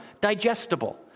digestible